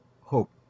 hope